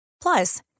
Plus